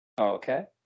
Okay